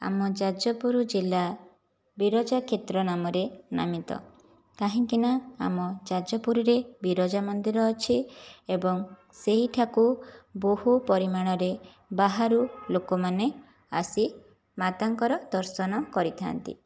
ଆମ ଯାଜପୁରୁ ଜିଲ୍ଲା ବିରଜା କ୍ଷେତ୍ର ନାମରେ ନାମିତ କାହିଁକିନା ଆମ ଯାଜପୁରୁରେ ବିରଜା ମନ୍ଦିର ଅଛି ଏବଂ ସେଇଠାକୁ ବହୁ ପରିମାଣରେ ବାହାରୁ ଲୋକମାନେ ଆସି ମାତାଙ୍କର ଦର୍ଶନ କରିଥାନ୍ତି